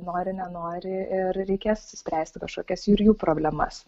nori nenori ir reikės spręsti kažkokias ir jų problemas